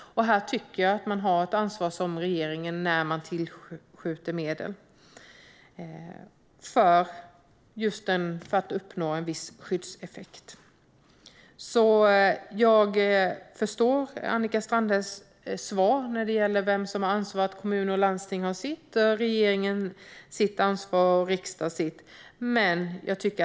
Jag tycker att regeringen har ett ansvar när den tillskjuter medel just för att en viss skyddseffekt ska uppnås. Jag förstår Annika Strandhälls svar när det gäller vem som har ansvaret. Kommuner och landsting har sitt ansvar. Regeringen har sitt ansvar. Och riksdagen har sitt ansvar.